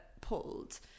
pulled